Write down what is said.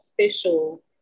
official